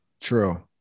True